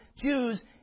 Jews